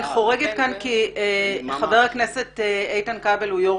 אני חורגת כאן כי חבר הכנסת איתן כבל הוא יושב-ראש